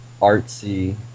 artsy